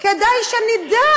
כדאי שנדע